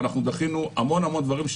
ואנחנו דחינו המון המון דברים,